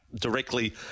directly